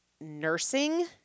nursing